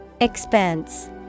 Expense